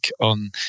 on